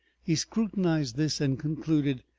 he scrutinized this and concluded.